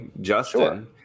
Justin